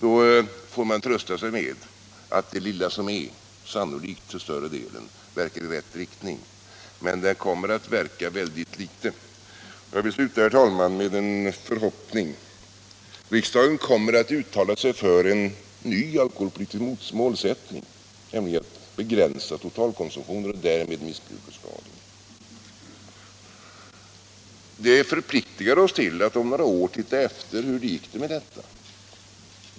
Man får trösta sig med att det lilla som görs till större delen sannolikt verkar i rätt riktning. Men det kommer att verka ytterst litet. Jag vill, herr talman, sluta med en förhoppning. Riksdagen kommer att uttala sig för ett nytt alkoholpolitiskt mål, nämligen att begränsa totalkonsumtionen och därmed missbruk och skador. Det förpliktar oss till att om några år se efter hur det gick.